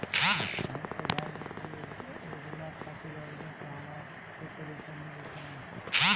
हम प्रधनमंत्री योजना खातिर आवेदन कहवा से करि तनि बताईं?